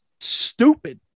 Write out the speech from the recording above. stupid